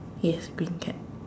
yes green cap